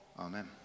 Amen